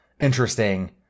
interesting